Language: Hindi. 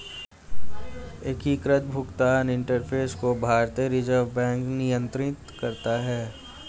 एकीकृत भुगतान इंटरफ़ेस को भारतीय रिजर्व बैंक नियंत्रित करता है